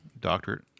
doctorate